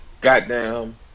goddamn